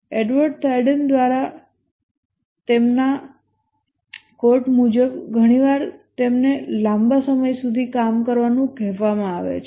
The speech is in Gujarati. એડવર્ડ થાઇડન દ્વારા તેમના ક્વોટ મુજબ ઘણી વાર તેમને લાંબા સમય સુધી કામ કરવાનું કહેવામાં આવે છે